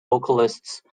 vocalists